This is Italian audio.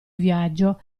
viaggio